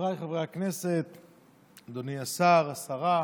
חבריי חברי הכנסת, אדוני השר, השרה,